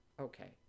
okay